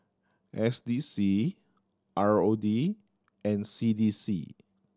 S D C R O D and C D C